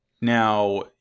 Now